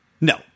No